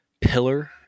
pillar